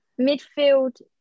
midfield